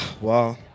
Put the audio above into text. wow